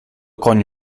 koń